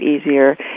easier